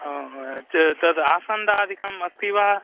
ओ हो च तद् आसन्दादिकम् अस्ति वा